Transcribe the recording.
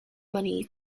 money